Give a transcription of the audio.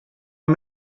man